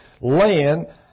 land